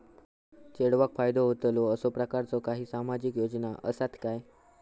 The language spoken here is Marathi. चेडवाक फायदो होतलो असो प्रकारचा काही सामाजिक योजना असात काय?